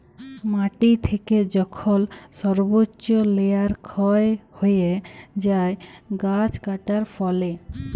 মাটি থেকে যখল সর্বচ্চ লেয়ার ক্ষয় হ্যয়ে যায় গাছ কাটার ফলে